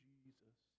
Jesus